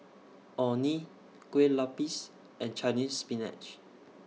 Orh Nee Kue Lupis and Chinese Spinach